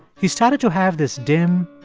he started to have this dim,